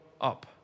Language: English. up